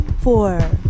four